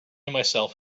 myself